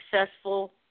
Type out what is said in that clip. successful